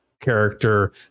character